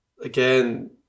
again